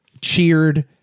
cheered